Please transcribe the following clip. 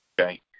Okay